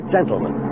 Gentlemen